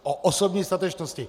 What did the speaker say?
O osobní statečnosti.